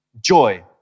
joy